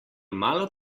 malo